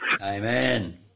Amen